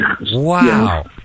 Wow